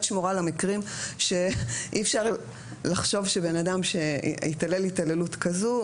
שמורה למקרים שאי אפשר לחשוב שבן אדם שהתעלל התעללות כזאת,